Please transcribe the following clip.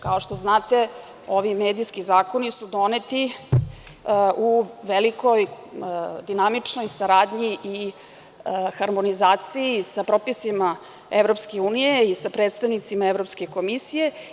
Kao što znate, ovi medijski zakoni su doneti u velikoj, dinamičkoj saradnji i harmonizaciji sa propisima EU i sa predstavnicima Evropske komisije.